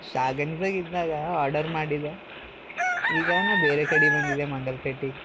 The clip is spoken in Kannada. ಶಾಗನ್ ಗೈ ಇದ್ನಾಗ ಆರ್ಡರ್ ಮಾಡಿದೆ ಈಗ ನಾ ಬೇರೆ ಕಡೆ ಬಂದಿದ್ದೆ ಮಂಗಲ ಪೇಟೆ